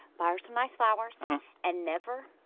buy her some nice flowers and never.